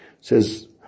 says